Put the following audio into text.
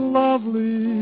lovely